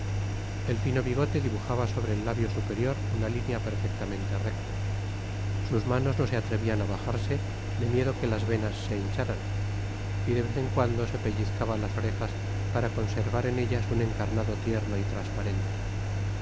el fino bigote dibujaba sobre el labio sqper rior una línea perfectamente recta sus manos no se atrevían á bajarse de miedo que las venas se hincháran y de vez en cuando se pellizcaba las orejas para conservar en ellas up encarnado tierno y transparente